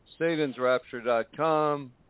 Satan'sRapture.com